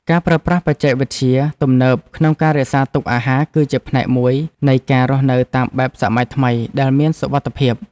ការប្រើប្រាស់បច្ចេកវិទ្យាទំនើបក្នុងការរក្សាទុកអាហារ គឺជាផ្នែកមួយនៃការរស់នៅតាមបែបសម័យថ្មីដែលមានសុវត្ថិភាព។